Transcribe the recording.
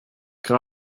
ins